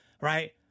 right